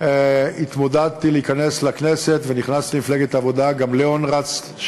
הוא נכנס למשרד מאוד בעייתי,